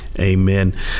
amen